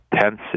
tense